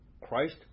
Christ